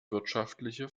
wirtschaftliche